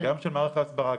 גם של מערך ההסברה,